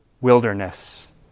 wilderness